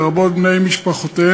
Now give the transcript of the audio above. לרבות בני משפחותיהם,